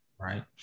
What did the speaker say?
right